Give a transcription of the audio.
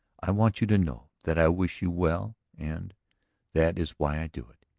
i want you to know that i wish you well and that is why i do it.